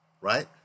Right